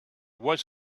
was